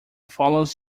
follows